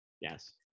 Yes